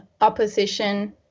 opposition